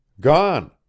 Gone